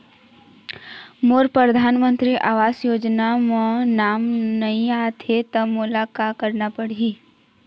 मोर परधानमंतरी आवास योजना म नाम नई आत हे त मोला का करना पड़ही?